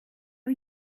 are